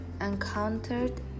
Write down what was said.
encountered